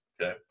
okay